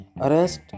Arrest